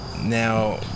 now